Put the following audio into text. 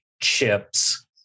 chips